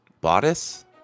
bodice